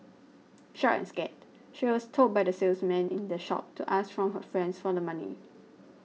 shocked and scared she was told by the salesman in the shop to ask from her friends for the money